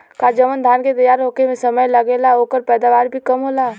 का जवन धान के तैयार होखे में समय कम लागेला ओकर पैदवार भी कम होला?